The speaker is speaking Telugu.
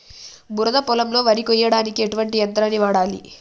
బురద పొలంలో వరి కొయ్యడానికి ఎటువంటి యంత్రాన్ని వాడాలి?